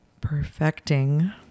perfecting